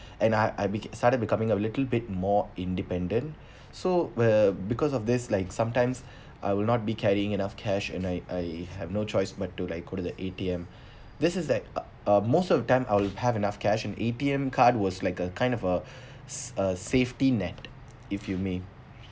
and I I bec~ started becoming a little bit more independent so were because of this like sometimes I will not be carrying enough cash and I I have no choice but to like go to the A_T_M this is like uh uh most of the time I will have enough cash and A_T_M card was like a kind of a s~ a safety net if you mean